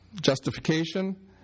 justification